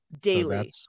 Daily